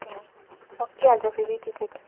ए सकिहाल्छ फेरि टिकट